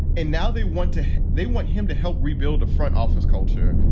and now they want to they want him to help rebuild a front office culture.